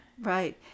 Right